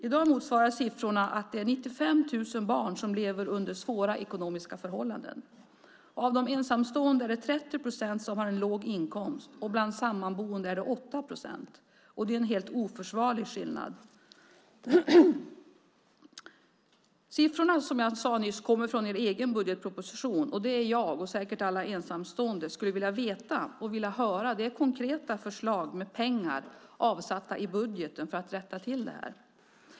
I dag säger siffrorna att 95 000 barn lever under svåra ekonomiska förhållanden. Av de ensamstående är det 30 procent som har en låg inkomst och bland sammanboende är det 8 procent. Det är en helt oförsvarlig skillnad. Siffrorna som jag nämnde nyss kommer från er egen budgetproposition. Jag och säkert alla ensamstående skulle vilja höra konkreta förslag med pengar avsatta i budgeten för att rätta till det.